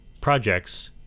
projects